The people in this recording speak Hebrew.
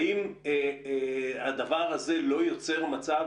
האם הדבר הזה לא יותר מצב